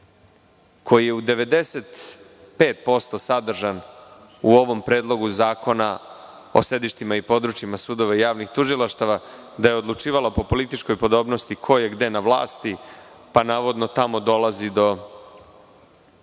koji u 95% sadržan u ovom predlogu zakona o sedištima i područjima sudova i javnih tužilaštava, da je odlučivala po političkoj podobnosti koje gde na vlasti, pa navodno dolazi do